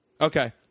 Okay